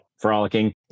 frolicking